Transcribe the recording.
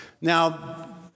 Now